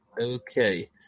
Okay